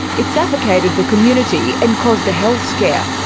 it suffocated the community and caused a health scare.